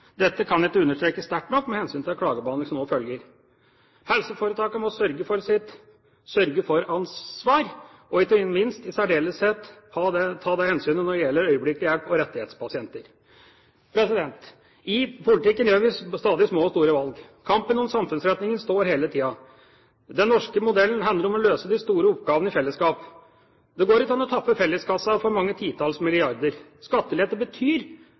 Dette kan ikke understrekes sterkt nok med hensyn til klagebehandlingen som nå følger. Helseforetakene må være seg sitt sørge-for-ansvar bevisst og, ikke minst, i særdeleshet ta det hensynet når det gjelder øyeblikkelig hjelp og rettighetspasienter. I politikken gjør vi stadig små og store valg. Kampen om samfunnsretningen står hele tiden. Den norske modellen handler om å løse de store oppgavene i fellesskap. Det går ikke an å tappe felleskassa for mange titalls milliarder. Skattelette betyr